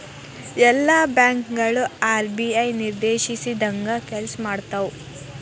ಎಲ್ಲಾ ಬ್ಯಾಂಕ್ ಗಳು ಆರ್.ಬಿ.ಐ ನಿರ್ದೇಶಿಸಿದಂಗ್ ಕೆಲ್ಸಾಮಾಡ್ತಾವು